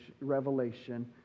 revelation